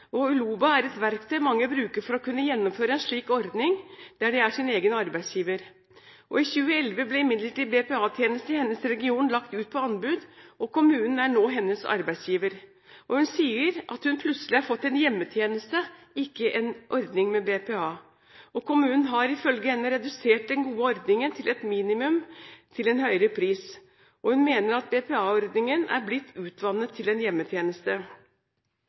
selvstendighet. ULOBA er et verktøy mange bruker for å kunne gjennomføre en slik ordning, der de er sin egen arbeidsgiver. I 2011 ble imidlertid BPA-tjenesten i hennes region lagt ut på anbud, og kommunen er nå hennes arbeidsgiver. Hun sier at hun plutselig har fått en hjemmetjeneste, ikke en ordning med BPA. Kommunen har, ifølge henne, redusert den gode ordningen til et minimum til en høyere pris. Hun mener at BPA-ordningen er blitt utvannet til en hjemmetjeneste.